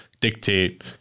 dictate